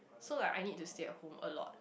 so like I need to stay at home a lot